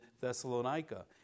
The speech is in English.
Thessalonica